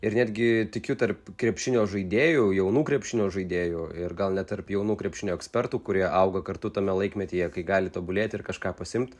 ir netgi tikiu tarp krepšinio žaidėjų jaunų krepšinio žaidėjų ir gal net tarp jaunų krepšinio ekspertų kurie auga kartu tame laikmetyje kai gali tobulėti ir kažką pasiimt